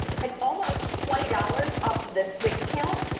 it's almost twenty dollars off this six count.